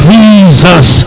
Jesus